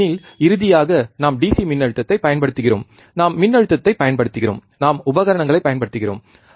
ஏனெனில் இறுதியாக நாம் DC மின்னழுத்தத்தைப் பயன்படுத்துகிறோம் நாம் மின்னழுத்தத்தைப் பயன்படுத்துகிறோம் நாம் உபகரணங்களைப் பயன்படுத்துகிறோம்